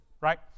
right